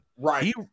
right